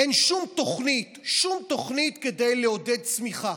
אין שום תוכנית, שום תוכנית לעודד צמיחה.